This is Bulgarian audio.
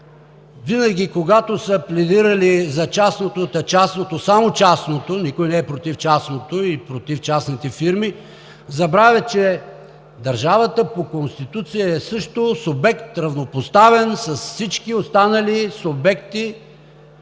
винаги когато са пледирали за частното, та частното, само частното – никой не е против частното и против частните фирми, забравят, че държавата по Конституция е също субект, равнопоставен с всички останали субекти